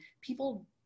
people